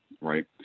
right